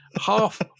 half